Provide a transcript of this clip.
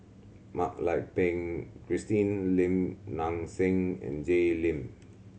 Mak Lai Peng Christine Lim Nang Seng and Jay Lim